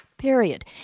Period